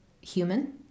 human